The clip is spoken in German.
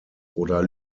oder